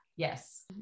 Yes